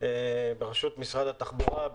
בראשות משרד התחבורה,